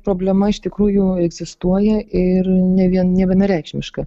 problema iš tikrųjų egzistuoja ir ne vien nevienareikšmiška